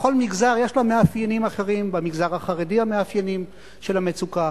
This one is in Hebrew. בכל מגזר יש לה מאפיינים אחרים: במגזר החרדי המאפיינים של המצוקה,